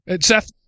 seth